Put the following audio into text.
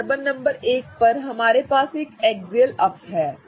तो अब carbon number 1 पर हमारे पास यह एक्सियल अप है